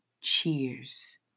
cheers